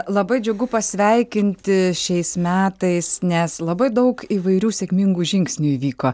labai džiugu pasveikinti šiais metais nes labai daug įvairių sėkmingų žingsnių įvyko